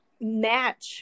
match